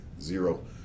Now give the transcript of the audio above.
zero